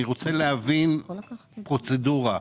אני רוצה להבין פרוצדורה.